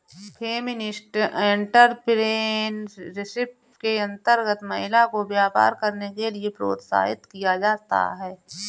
feminist entrepreneurship के अंतर्गत महिला को व्यापार करने के लिए प्रोत्साहित किया जाता है